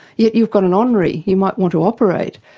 yet you've got an honorary who might want to operate,